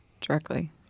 Directly